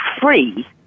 free